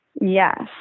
yes